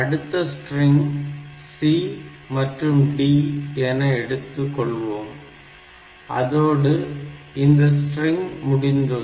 அடுத்து string c மற்றும் d என எடுத்துக் கொள்வோம் அதோடு இந்த ஸ்ட்ரிங் முடிந்தது